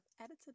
edited